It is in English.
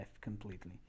completely